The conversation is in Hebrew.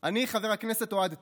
אני, חבר הכנסת אוהד טל,